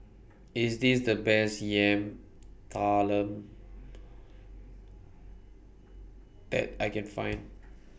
IS This The Best Yam Talam that I Can Find